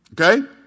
Okay